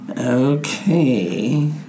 Okay